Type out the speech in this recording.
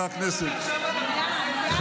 רק עכשיו אתה מתייחס לזה, זה קיים.